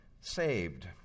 saved